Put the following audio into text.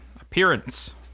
appearance